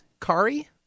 Kari